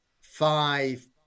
five